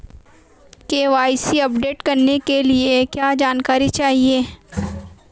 KYC update करने के लिए क्या जानकारी चाहिए?